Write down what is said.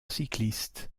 cycliste